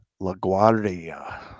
LaGuardia